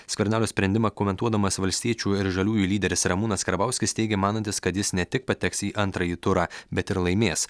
skvernelio sprendimą komentuodamas valstiečių ir žaliųjų lyderis ramūnas karbauskis teigė manantis kad jis ne tik pateks į antrąjį turą bet ir laimės